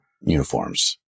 uniforms